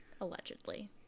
allegedly